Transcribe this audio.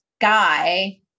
guy